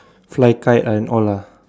fly kite and all ah